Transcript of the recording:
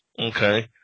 Okay